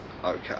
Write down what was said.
Okay